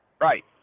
Right